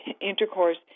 intercourse